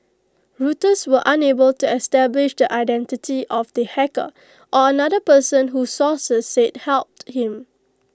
Reuters was unable to establish the identity of the hacker or another person who sources said helped him